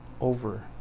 over